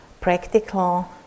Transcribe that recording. practical